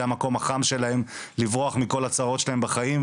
זה המקום החם שלהם לברוח מכל הצרות שלהם בחיים,